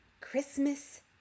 Christmas